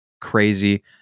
crazy